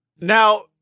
Now